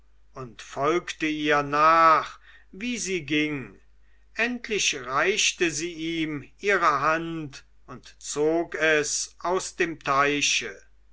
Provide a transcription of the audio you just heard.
und folgte ihr nach wie sie ging endlich reichte sie ihm ihre hand und zog es aus dem teiche